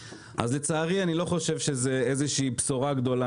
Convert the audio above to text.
לצערי אני לא חושב שזו איזושהי בשורה גדולה,